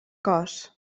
cos